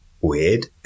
weird